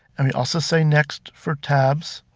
and we also say next for tabs